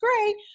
great